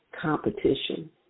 competition